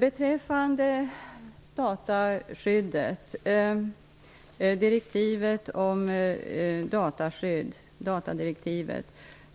Beträffande direktivet om dataskydd, datadirektivet,